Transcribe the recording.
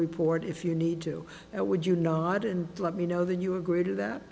report if you need to that would you not and let me know that you agree to that